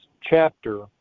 chapter